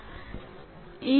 ಈಗ ಮೂರನೆಯ ವಿಷಯ "ಸೂಚನೆ"ಗೆ